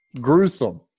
gruesome